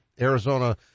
Arizona